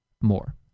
more